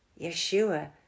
Yeshua